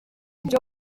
ibyo